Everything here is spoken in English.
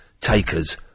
takers